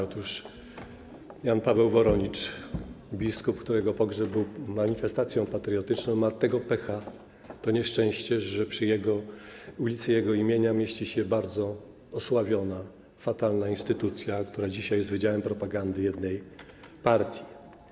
Otóż Jan Paweł Woronicz, biskup, którego pogrzeb był manifestacją patriotyczną, ma tego pecha, to nieszczęście, że przy ulicy jego imienia mieści się bardzo osławiona, fatalna instytucja, która dzisiaj jest wydziałem propagandy jednej partii.